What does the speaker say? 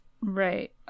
Right